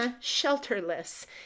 shelterless